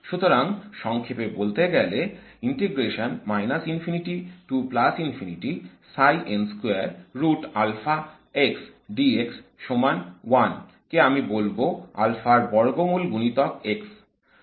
সুতরাং সংক্ষেপে বলতে গেল কে আমি বলব আলফার বর্গমূল গুণিতক x